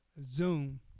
Zoom